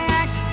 act